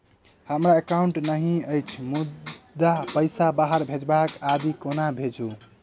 हमरा एकाउन्ट नहि अछि मुदा पैसा बाहर भेजबाक आदि केना भेजू?